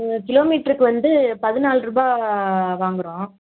ஒரு கிலோமீட்ருக்கு வந்து பதினால்ரூபா வாங்குறோம்